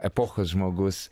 epochos žmogus